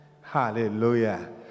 Hallelujah